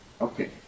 okay